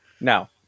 Now